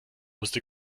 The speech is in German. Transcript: wusste